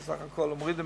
מורידים